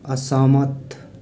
असहमत